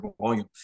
volume